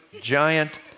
giant